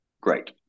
Great